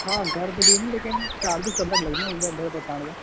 हा घर बि ॾींदुमि लेकिन चार्जिस अलॻि लॻंदव उन जा घर पहुंचाइण जा